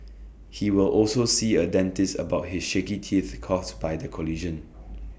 he will also see A dentist about his shaky teeth caused by the collision